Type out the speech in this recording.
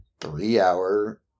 three-hour